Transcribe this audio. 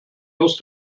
aus